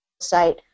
site